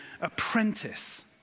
apprentice